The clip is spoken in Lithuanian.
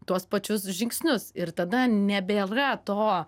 tuos pačius žingsnius ir tada nebėra to